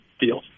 deal